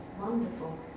wonderful